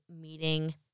meeting